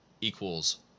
equals